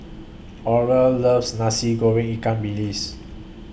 Orla loves Nasi Goreng Ikan Bilis